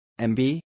MB